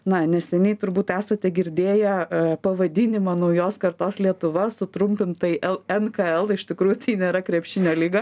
na neseniai turbūt esate girdėję pavadinimą naujos kartos lietuva sutrumpintai lnkl iš tikrųjų tai nėra krepšinio lyga